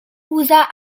usa